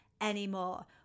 anymore